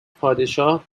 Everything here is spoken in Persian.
پادشاه